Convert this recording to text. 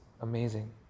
amazing